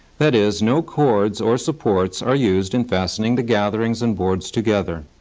that is, no cords or supports are used in fastening the gatherings and boards together.